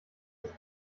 ist